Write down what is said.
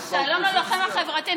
שלום ללוחם החברתי.